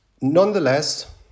Nonetheless